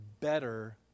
better